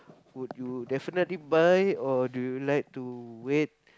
would you definitely buy or do you like to wait